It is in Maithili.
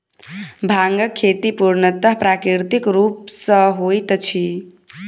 भांगक खेती पूर्णतः प्राकृतिक रूप सॅ होइत अछि